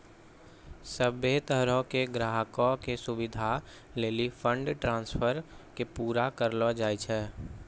सभ्भे तरहो के ग्राहको के सुविधे लेली फंड ट्रांस्फर के पूरा करलो जाय छै